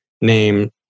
name